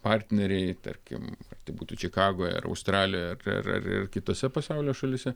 partneriai tarkim tai būtų čikagoje ar australijoje ar ar kitose pasaulio šalyse